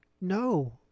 No